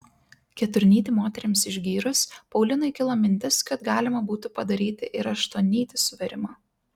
keturnytį moterims išgyrus paulinui kilo mintis kad galima būtų padaryti ir aštuonnytį suvėrimą